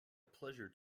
pleasure